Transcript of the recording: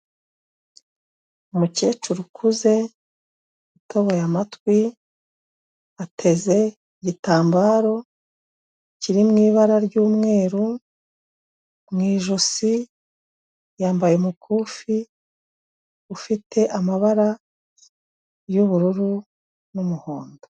Umukecuru ukuze utoboye amatwi ateze igitambaro kiri mu ibara ry'umweru, mu ijosi yambaye umukufi ufite amabara y'ubururu n'umuhondo.